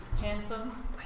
Handsome